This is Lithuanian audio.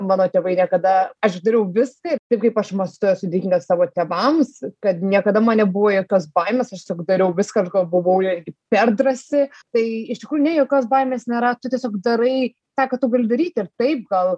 mano tėvai niekada aš dariau viską ir taip kaip aš mąstau esu dėkinga savo tėvams kad niekada man nebuvo jokios baimės aš tiesiog dariau viską aš gal buvau irgi per drąsi tai iš tikrųjų ne jokios baimės nėra tu tiesiog darai tą ką tu gali daryti ir taip gal